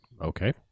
okay